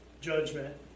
judgment